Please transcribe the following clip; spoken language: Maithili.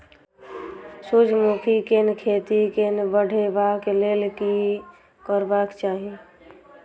सूर्यमुखी केँ खेती केँ बढ़ेबाक लेल की करबाक चाहि?